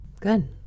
good